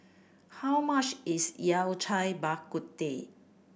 how much is Yao Cai Bak Kut Teh